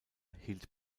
hielt